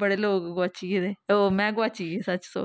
बड़े लोग गोआची गेदे ओह् में गोआची गेई सच्च